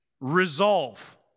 resolve